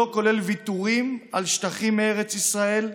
שלא כולל ויתורים על שטחים מארץ ישראל,